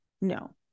no